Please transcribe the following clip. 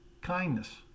kindness